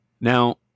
now